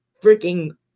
freaking